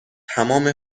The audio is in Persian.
تمام